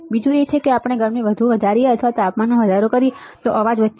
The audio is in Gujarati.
બીજું એ છે કે જો આપણે ગરમી વધુ વધારીએ અથવા તાપમાનમાં વધારો કરીએ તો અવાજ વધશે